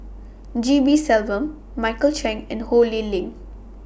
G P Selvam Michael Chiang and Ho Lee Ling